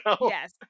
Yes